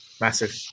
massive